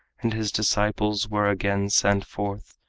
and his disciples were again, sent forth,